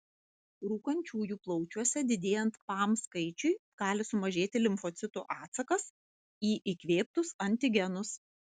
rūkančiųjų plaučiuose didėjant pam skaičiui gali sumažėti limfocitų atsakas į įkvėptus antigenus